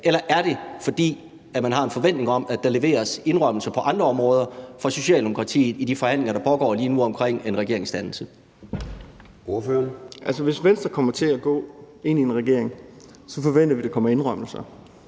Eller er det, fordi man har en forventning om, at der leveres indrømmelser på andre områder fra Socialdemokratiet i de forhandlinger, der pågår lige nu, omkring en regeringsdannelse? Kl. 14:06 Formanden (Søren Gade): Ordføreren.